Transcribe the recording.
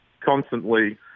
Constantly